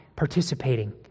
participating